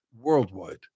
worldwide